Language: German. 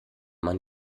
man